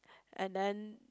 and then